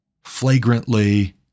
flagrantly